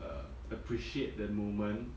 uh appreciate the moment